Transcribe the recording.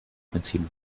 benzin